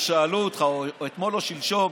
כששאלו אותך אתמול או שלשום